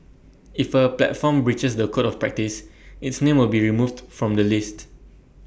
if A platform breaches the code of practice its name will be removed from the list